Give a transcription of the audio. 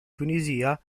tunisia